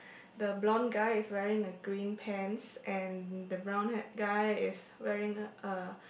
the blonde guy is wearing a green pants and the brown haired guy is wearing a